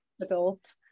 adult